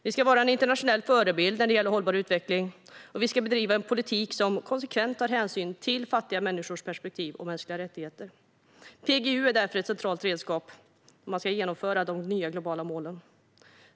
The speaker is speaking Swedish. Vi ska vara en internationell förebild när det gäller hållbar utveckling, och vi ska bedriva en politik som konsekvent tar hänsyn till fattiga människors perspektiv och mänskliga rättigheter. PGU är därför ett centralt redskap för att genomföra de nya globala målen.